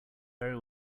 very